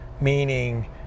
meaning